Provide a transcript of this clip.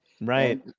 Right